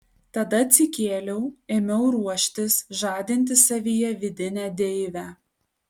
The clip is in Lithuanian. tada atsikėliau ėmiau ruoštis žadinti savyje vidinę deivę